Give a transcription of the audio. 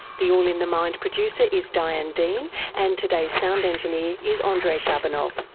the all in the mind producer is diane dean and today's sound engineer is andrei shabunov.